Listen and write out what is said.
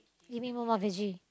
you mean more more veggie